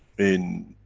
in,